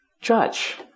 judge